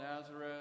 Nazareth